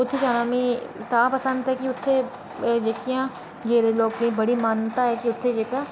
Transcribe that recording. उत्थें जाना मिगी तां पसंद ऐ की उत्थै गेदे लोकें दी बड़ी मानता ऐ की उत्थै जेह्कियां